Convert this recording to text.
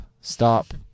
Stop